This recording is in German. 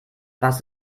was